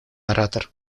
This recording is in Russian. оратор